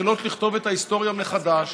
שמתחילות לכתוב את ההיסטוריה מחדש,